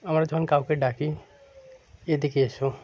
আমরা যখন কাউকে ডাকি এদিকে এসো